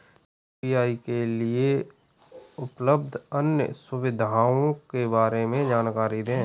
UPI के लिए उपलब्ध अन्य सुविधाओं के बारे में जानकारी दें?